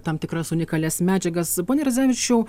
tam tikras unikalias medžiagas pone radzevičiau